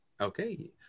Okay